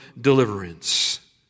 deliverance